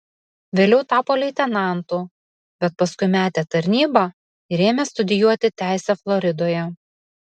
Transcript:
vėliau tapo leitenantu bet paskui metė tarnybą ir ėmė studijuoti teisę floridoje